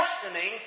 questioning